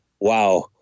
Wow